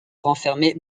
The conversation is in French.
refermée